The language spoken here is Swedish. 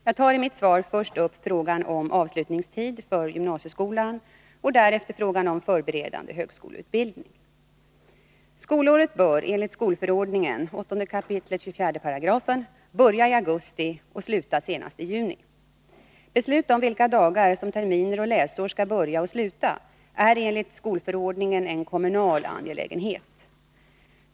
Jag tar i mitt svar först upp frågan om avslutningstid för gymnasieskolan och därefter frågan om förberedande högskoleutbildning. Skolåret bör enligt skolförordningen börja i augusti och sluta senast i juni. Beslut om vilka dagar som terminer och läsår skall börja och sluta är enligt skolförordningen en kommunal angelägenhet.